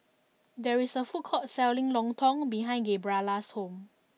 there is a food court selling Lontong behind Gabriella's house